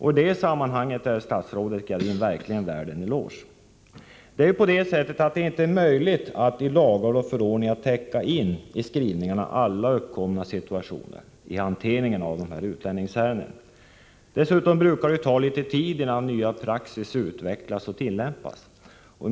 I detta sammanhang är statsrådet Gradin verkligen värd en eloge. Det är inte möjligt att i lagar och förordningar täcka in alla uppkomna situationer som gäller hanteringen av dessa utlänningsärenden. Dessutom brukar det ju ta litet tid innan ny praxis utvecklas och tillämpas.